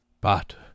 But